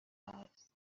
است